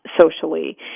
Socially